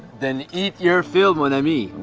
then eat your fill, mon ami,